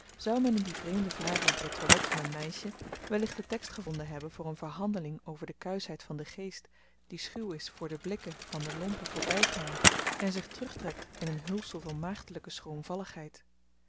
zou men in die vreemde vraag over het toilet van een meisje wellicht den tekst gevonden hebben voor een verhandeling over de kuisheid van den geest die schuw is voor de blikken van den lompen voorbyganger en zich terugtrekt in een hulsel van maagdelyke schroomvalligheid